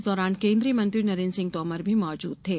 इस दौरान केन्द्रीय मंत्री नरेन्द्र सिंह तोमर भी मौजूद थे